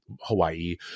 Hawaii